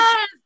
Yes